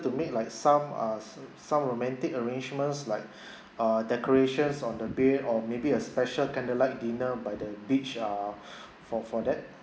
to make like some uh s~ some romantic arrangements like uh decorations on the bed or maybe a special candlelight dinner by the beach ah for for that